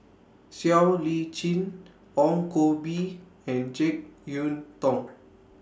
Siow Lee Chin Ong Koh Bee and Jek Yeun Thong